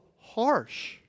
harsh